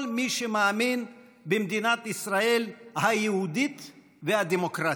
מי שמאמין במדינת ישראל היהודית והדמוקרטית.